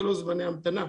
ויהיו לו זמני המתנה.